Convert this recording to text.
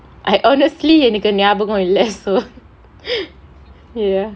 I honestly எனக்கு ஞாபகம் இல்ல:enakku nyabagam illa so ya